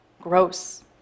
gross